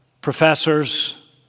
professors